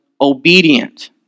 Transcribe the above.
obedient